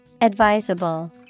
Advisable